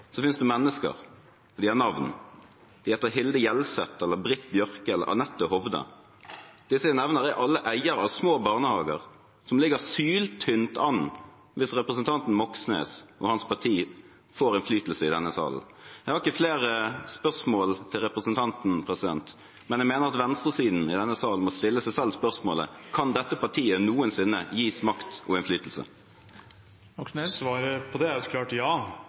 finnes det mennesker, og de har navn. De heter Hilde Hjelseth eller Britt Børke eller Annette Hovde. Disse jeg nevner, er alle eiere av små barnehager som ligger syltynt an hvis representanten Moxnes og hans parti får innflytelse i denne sal. Jeg har ikke flere spørsmål til representanten, men jeg mener at venstresiden i denne sal må stille seg selv spørsmålet: Kan dette partiet noensinne gis makt og innflytelse? Svaret på det er et klart ja